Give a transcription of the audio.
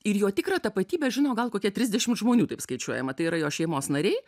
ir jo tikrą tapatybę žino gal kokie trisdešimt žmonių taip skaičiuojama tai yra jo šeimos nariai